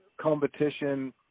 competition